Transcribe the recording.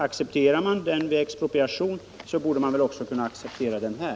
Accepterar man den vid expropriation borde man väl också kunna acceptera den här.